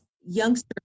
youngsters